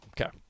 okay